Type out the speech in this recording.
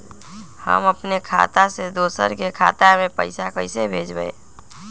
हम अपने खाता से दोसर के खाता में पैसा कइसे भेजबै?